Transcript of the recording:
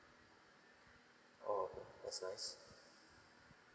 oh okay that's nice